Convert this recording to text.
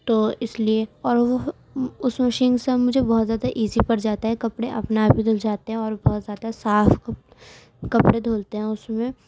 تو اس لیے اور وہ اس مشین سے اب مجھے بہت زیادہ ایزی پڑ جاتا ہے کپڑے اپنے آپ ہی دھل جاتے ہیں اور بہت زیادہ صاف کپ کپڑے دھلتے ہیں اس میں